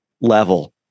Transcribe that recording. level